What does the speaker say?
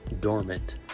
dormant